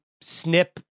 snip